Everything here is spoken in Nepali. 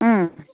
अँ